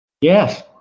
yes